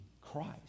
Christ